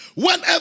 Whenever